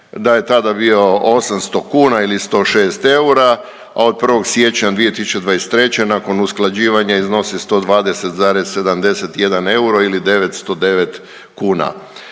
da je tada bio 800 kuna ili 106 eura, a od 1. siječnja 2023. nakon usklađivanja iznosi 120,71 euro ili 909 kuna